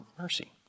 mercy